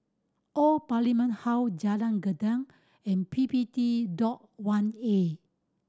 Old Parliament House Jalan Geneng and P P T Lodge One A